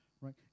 right